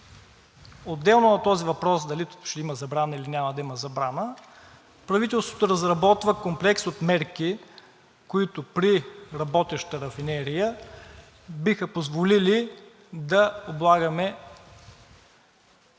Отделно от този въпрос дали тук ще има забрана, или няма да има забрана, правителството разработва комплекс от мерки, които при работеща рафинерия биха позволили да облагаме